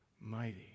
mighty